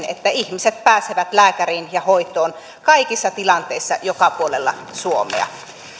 että ihmiset pääsevät lääkäriin ja hoitoon kaikissa tilanteissa joka puolella suomea